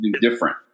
different